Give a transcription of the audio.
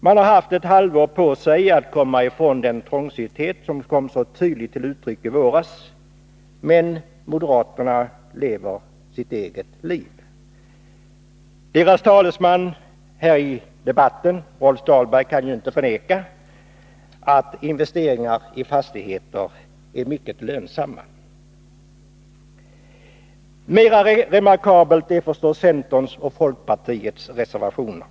Man har haft ett halvår på sig att komma ifrån den trångsynthet som kom så tydligt till uttryck i våras, men moderaterna lever sitt eget liv. Deras talesman här i debatten, Rolf Dahlberg, kan ju inte förneka att investeringar i fastigheter är mycket lönsamma. Mera remarkabelt är förstås centerns och folkpartiets reservationer.